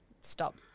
Stop